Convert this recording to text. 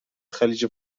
خلیج